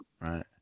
Right